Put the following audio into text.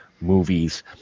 movies